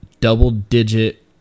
double-digit